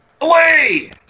Away